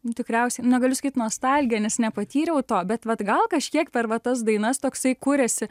nu tikriausiai negaliu sakyt nostalgija nes nepatyriau to bet vat gal kažkiek per va tas dainas toksai kuriasi